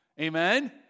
Amen